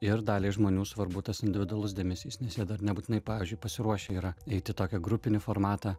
ir daliai žmonių svarbu tas individualus dėmesys nes jie dar nebūtinai pavyzdžiui pasiruošę yra eit į tokią grupinį formatą